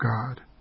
God